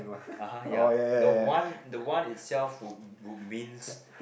(uh huh) ya the one the one itself would would means